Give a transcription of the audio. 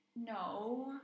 No